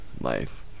life